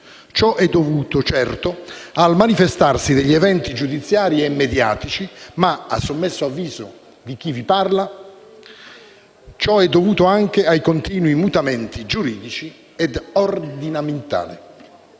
Ciò è dovuto, certo, al manifestarsi degli eventi giudiziari e mediatici, ma, a sommesso avviso di chi vi parla, anche ai continui mutamenti giuridici ed ordinamentali.